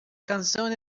canción